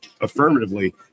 affirmatively